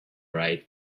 right